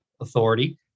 Authority